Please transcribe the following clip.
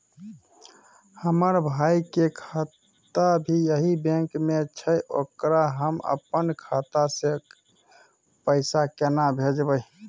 हमर भाई के खाता भी यही बैंक में छै ओकरा हम अपन खाता से पैसा केना भेजबै?